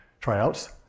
tryouts